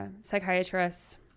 psychiatrists